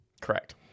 Correct